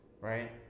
right